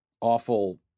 awful